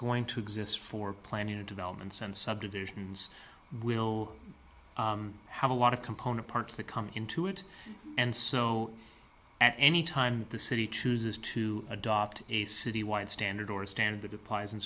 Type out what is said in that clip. going to exist for planet developments and subdivisions will have a lot of component parts that come into it and so at any time the city chooses to adopt a city wide standard or standard that applies in